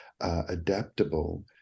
adaptable